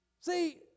See